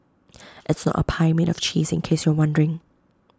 it's not A pie made of cheese in case you're wondering